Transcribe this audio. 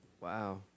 Wow